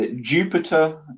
Jupiter